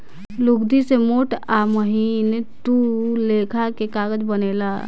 लुगदी से मोट आ महीन दू लेखा के कागज बनेला